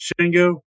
Shingo